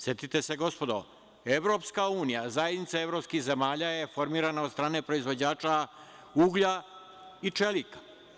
Setite se gospodo, EU, zajednica evropskih zemalja, je formirana od strane proizvođača uglja i čelika.